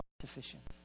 sufficient